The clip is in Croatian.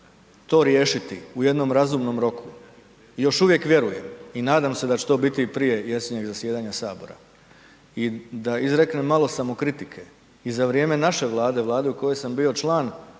to riješiti u jednom razumnom roku, još uvijek vjerujem i nadam se da će to biti i prije jesenjeg zasjedanja Sabora. I da izreknem malo samokritike, i za vrijeme naše Vlade, Vlade u kojoj sam bio član,